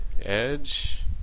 edge